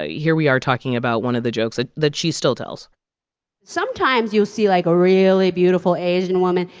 ah yeah here we are talking about one of the jokes ah that she still tells sometimes you'll see, like, a really beautiful asian woman.